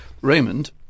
Raymond